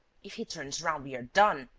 if he turns round, we are done.